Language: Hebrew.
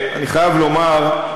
אני חייב לומר,